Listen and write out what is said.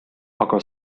aga